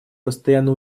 постоянно